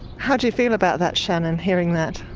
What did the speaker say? how do you feel about that, shannon, hearing that?